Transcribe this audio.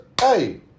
Hey